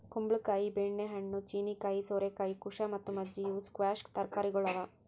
ಕುಂಬಳ ಕಾಯಿ, ಬೆಣ್ಣೆ ಹಣ್ಣು, ಚೀನೀಕಾಯಿ, ಸೋರೆಕಾಯಿ, ಕುಶಾ ಮತ್ತ ಮಜ್ಜಿ ಇವು ಸ್ಕ್ವ್ಯಾಷ್ ತರಕಾರಿಗೊಳ್ ಅವಾ